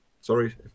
Sorry